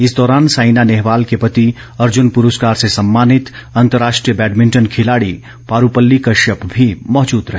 इस दौरान साइना नेहवाल के पति अर्जन पुरस्कार से सम्मानित अंतर्राष्ट्रीय बैडमिंटन खिलाड़ी पारूपल्ली कश्यप भी मौजूद रहे